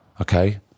Okay